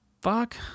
fuck